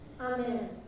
Amen